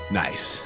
nice